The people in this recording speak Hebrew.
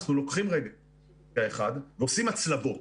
אנחנו לוקחים- -- אחד ועושים הצלבות.